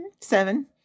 Seven